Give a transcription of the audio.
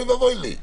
אוי ואבוי לי.